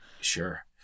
Sure